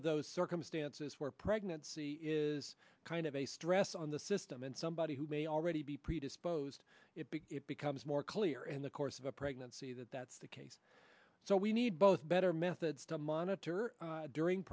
of those circumstances where pregnancy is kind of a stress on the system and somebody who may already be predisposed it becomes more clear in the course of a pregnancy that that's the case so we need both better methods to monitor during